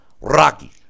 rocky